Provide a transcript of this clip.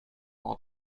all